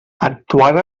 actuant